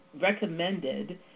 recommended